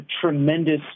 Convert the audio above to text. tremendous